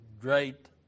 great